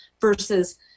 versus